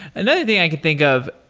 another thing i could think of,